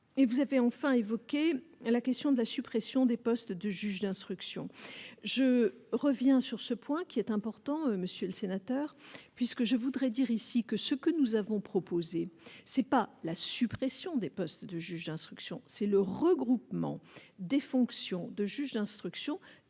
Et vous avez enfin évoqué la question de la suppression des postes de juges d'instruction, je reviens sur ce point qui est important, monsieur le sénateur, puisque je voudrais dire ici que ce que nous avons proposé, c'est pas la suppression des postes de juges d'instruction, c'est le regroupement des fonctions de juge d'instruction dans